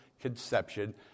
conception